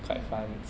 mm mm